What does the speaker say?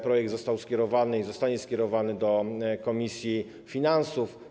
Projekt został skierowany, zostanie skierowany do komisji finansów.